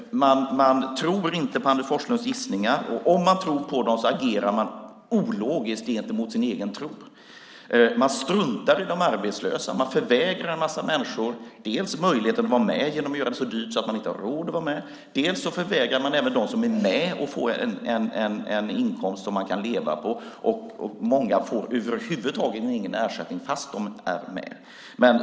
Man tror inte på Anders Forslunds gissningar, och om man tror på dem agerar man ologiskt gentemot sin egen tro. Man struntar i de arbetslösa. Man förvägrar en massa människor möjligheten att vara med genom att man gör det så dyrt att de inte har råd, och man förvägrar dem som är med en inkomst som de kan leva på. Många får över huvud taget ingen ersättning fastän de är med.